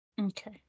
Okay